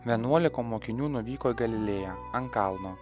vienuolika mokinių nuvyko į galilėją ant kalno